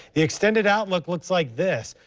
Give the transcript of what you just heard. the extended outlook looks like this,